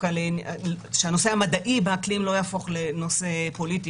שהנושא המדעי באקלים לא יהפוך לנושא פוליטי,